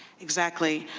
exactly.